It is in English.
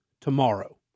tomorrow